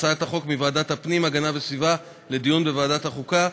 הצעות החוק מוועדת הפנים והגנת הסביבה לדיון בוועדת החוקה,